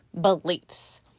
beliefs